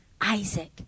Isaac